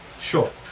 Sure